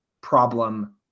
problem